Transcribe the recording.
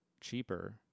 cheaper